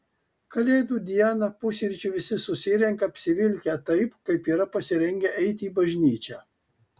kalėdų dieną pusryčių visi susirenka apsivilkę taip kaip yra pasirengę eiti į bažnyčią